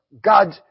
God